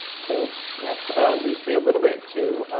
so, that leads me a little bit to